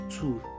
two